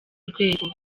rwego